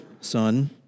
son